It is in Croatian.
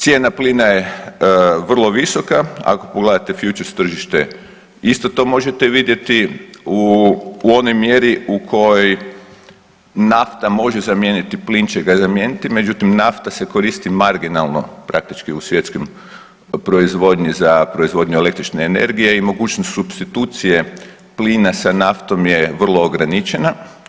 Cijena plina je vrlo visoka, ako pogledate future tržište isto to možete vidjeti u onoj mjeri u kojoj nafta može zamijeniti plin će ga zamijeniti, međutim nafta se koristi marginalno praktički u svjetskoj proizvodnji za proizvodnju električne energije i mogućnost supstitucije plina sa naftom je vrlo ograničena.